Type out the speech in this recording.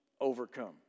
overcome